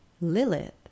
Lilith